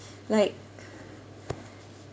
like